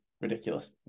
ridiculous